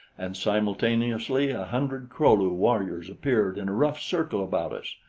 and simultaneously a hundred kro-lu warriors appeared in a rough circle about us.